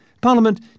Parliament